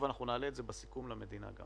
ואנחנו נעלה את זה בסיכום למדינה גם